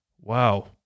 Wow